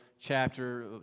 chapter